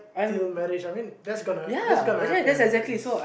till marriage I mean that's gonna that's gonna happen anyways